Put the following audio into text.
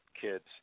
kids